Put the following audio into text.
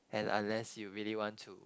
and unless you really want to